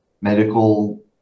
medical